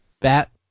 bat